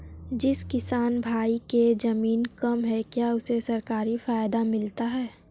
जिस किसान भाई के ज़मीन कम है क्या उसे सरकारी फायदा मिलता है?